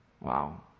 Wow